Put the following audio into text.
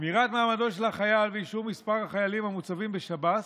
שמירה על מעמדו של חייל ואישור מספר החיילים המוצבים בשב"ס.